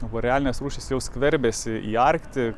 borealinės rūšys jau skverbiasi į arktį